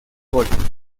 golf